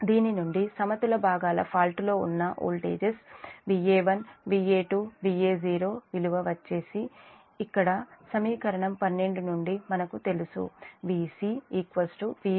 దీని నుండి సమతుల భాగాల ఫాల్ట్ లో ఉన్న వోల్టేజస్ Va1 Va2 Va0 విలువ వచ్చేసి ఇప్పుడు సమీకరణం 12 నుండి మనకి తెలుసు Vc Vb - Zf Ib